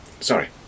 Sorry